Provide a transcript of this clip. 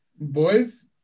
Boys